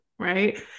right